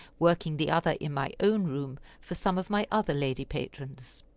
working the other in my own room for some of my other lady patrons.